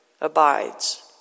abides